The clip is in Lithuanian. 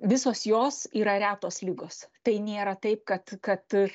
visos jos yra retos ligos tai nėra taip kad kad